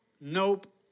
nope